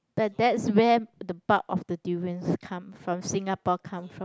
but that's where the bulk of the durians come from Singapore come from